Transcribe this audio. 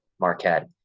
Marquette